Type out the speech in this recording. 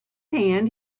hand